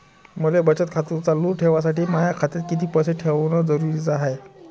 मले बचत खातं चालू ठेवासाठी माया खात्यात कितीक पैसे ठेवण जरुरीच हाय?